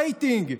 רייטינג,